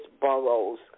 boroughs